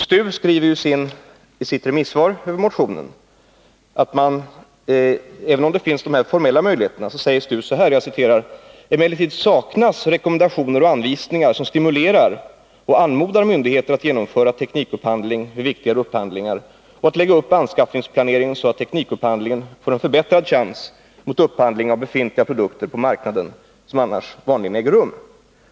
STU uttalar att det finns formella möjligheter härvidlag men skriver i sitt remissyttrande över motionen:” Emellertid saknas rekommendationer och anvisningar som stimulerar och anmodar myndigheter att genomföra teknikupphandling vid viktigare upphandlingar och att lägga upp anskaffningsplaneringen så att teknikupphandlingen får en förbättrad chans mot upphandling av befintliga produkter på marknaden som annars vanligen äger rum.